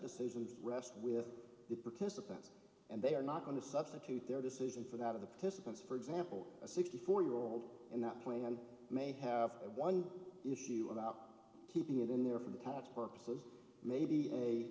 decisions rest with the participants and they are not going to substitute their decision for that of the participants for example a sixty four year old in that point and may have one issue about keeping it in there for the count purposes maybe a